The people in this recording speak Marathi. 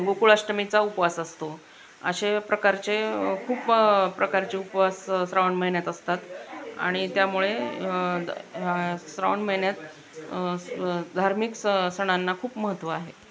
गोकुळाष्टमीचा उपवास असतो असे प्रकारचे खूप प्रकारचे उपवास श्रावण महिन्यात असतात आणि त्यामुळे श्रावण महिन्यात धार्मिक स सणांना खूप महत्त्व आहे